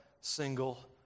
single